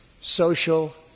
social